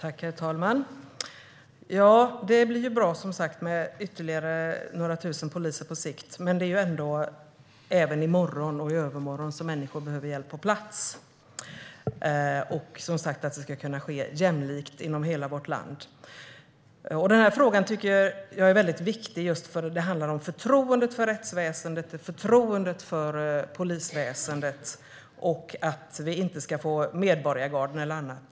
Herr talman! Det blir bra med ytterligare några tusen poliser på sikt. Men även i morgon och i övermorgon behöver människor hjälp på plats. Och det ska som sagt kunna ske jämlikt över hela vårt land. Frågan är viktig just eftersom det handlar om förtroendet för rättsväsendet, förtroendet för polisväsendet och om att vi inte ska få medborgargarden eller annat.